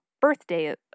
birthday